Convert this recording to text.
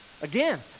again